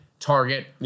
target